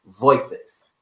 voices